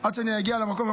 עד שאני אגיע למקום,